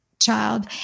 child